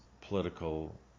political